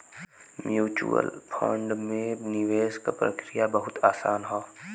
mutual fund में निवेश क प्रक्रिया बहुत आसान हौ